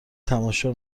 تماشا